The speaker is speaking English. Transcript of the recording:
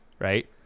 right